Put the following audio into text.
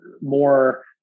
more